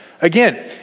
Again